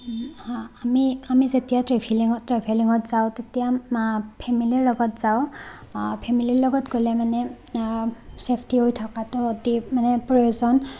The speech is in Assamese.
আমি আমি যেতিয়া ট্ৰেভেলিঙত ট্ৰেভেলিঙত যাওঁ তেতিয়া ফেমিলীৰ লগত যাওঁ ফেমিলীৰ লগত গ'লে মানে চেফটি হৈ থকাটো অতি মানে প্ৰয়োজন